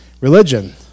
religion